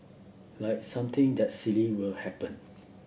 like something that silly will happen